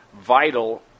vital